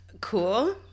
Cool